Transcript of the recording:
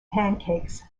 pancakes